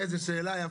איזו שאלה יפה.